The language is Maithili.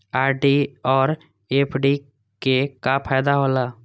आर.डी और एफ.डी के का फायदा हौला?